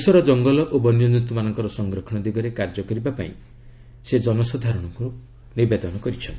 ଦେଶର ଜଙ୍ଗଲ ଓ ବନ୍ୟଜନ୍ତୁମାନଙ୍କର ସଂରକ୍ଷଣ ଦିଗରେ କାର୍ଯ୍ୟ କରିବାକୁ ସେ ଜନସାଧାରଣଙ୍କୁ ନିବେଦନ କରିଛନ୍ତି